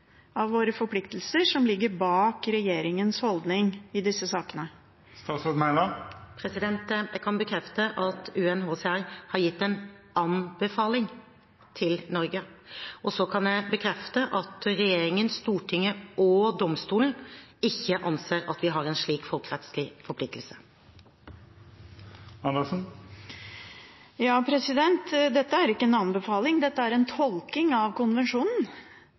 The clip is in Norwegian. av våre forpliktelser som ligger bak regjeringens holdning i disse sakene? Jeg kan bekrefte at UNHCR har gitt en anbefaling til Norge. Så kan jeg bekrefte at regjeringen, Stortinget og domstolen ikke anser at vi har en slik folkerettslig forpliktelse. Dette er jo ikke anbefaling; dette er en tolkning av konvensjonen